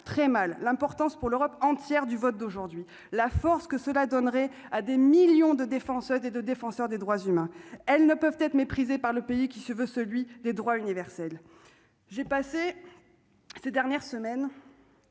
très mal l'importance pour l'Europe entière du vote d'aujourd'hui la force que cela donnerait à des millions de défense des 2 défenseurs des droits humains, elles ne peuvent être méprisés par le pays qui se veut celui des droits universels, j'ai passé ces dernières semaines